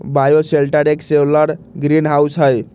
bioshelter एक solar greenhouse हई